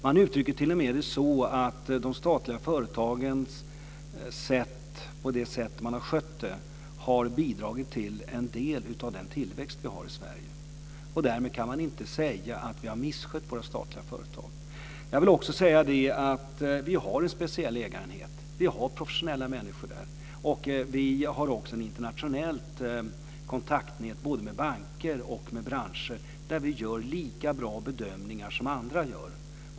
Man uttrycker det t.o.m. så att det sätt man har skött de statliga företagen på har bidragit till en del av den tillväxt vi har i Sverige. Därmed kan man inte säga att vi har misskött våra statliga företag. Jag vill också säga att vi har en speciell ägarenhet. Vi har professionella människor där. Vi har också ett internationellt kontaktnät, både med banker och med branscher, där vi gör lika bra bedömningar som andra gör.